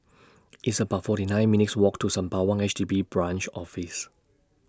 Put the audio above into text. It's about forty nine minutes' Walk to Sembawang H D B Branch Office